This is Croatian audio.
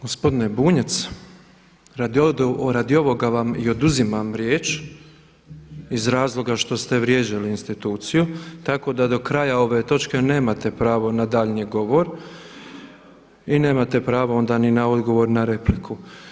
Gospodine Bunjac, radi ovoga vam i oduzimam riječ iz razloga što ste vrijeđali instituciju tako da do kraja ove točke nemate pravo na daljnji govor i nemate pravo onda ni na odgovor na repliku.